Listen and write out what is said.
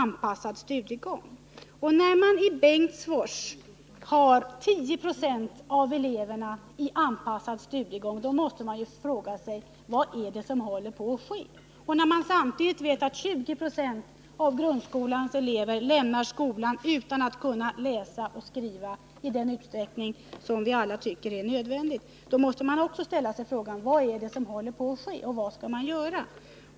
När 10 96 av eleverna i Bengtsfors har s.k. anpassad studiegång, då måste man fråga sig vad det är som håller på att ske. När man samtidigt vet att 20 Zo av grundskolans elever lämnar skolan utan att kunna läsa och skriva i den utsträckning som vi alla tycker är nödvändigt, då måste man också ställa frågan: Vad är det som håller på att ske och vad skall man göra?